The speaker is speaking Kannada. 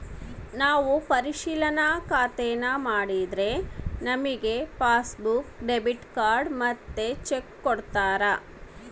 ನಾವು ಪರಿಶಿಲನಾ ಖಾತೇನಾ ಮಾಡಿದ್ರೆ ನಮಿಗೆ ಪಾಸ್ಬುಕ್ಕು, ಡೆಬಿಟ್ ಕಾರ್ಡ್ ಮತ್ತೆ ಚೆಕ್ಕು ಕೊಡ್ತಾರ